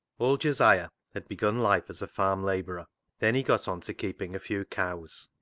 old josiah had begun life as a farm-labourer. then he got on to keeping a few cows.